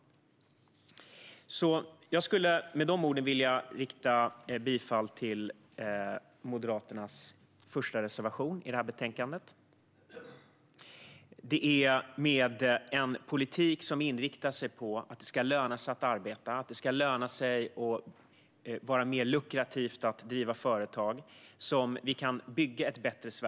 Jag skulle med de orden vilja yrka bifall till Moderaternas första reservation i det här betänkandet. Det är med en politik som inriktar sig på att det ska löna sig att arbeta och vara mer lukrativt att driva företag som vi kan bygga ett bättre Sverige.